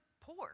poor